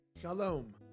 Shalom